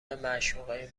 معشوقه